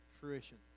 fruition